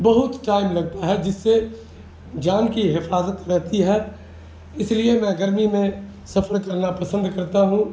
بہت ٹائم لگتا ہے جس سے جان کی حفاظت رہتی ہے اس لیے میں گرمی میں سفر کرنا پسند کرتا ہوں